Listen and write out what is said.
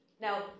Now